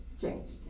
changed